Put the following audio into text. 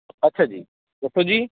ਅੱਛਾ ਜੀ ਦੱਸੋ ਜੀ